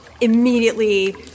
immediately